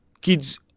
Kids